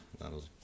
that'll